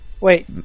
wait